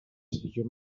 you